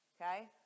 okay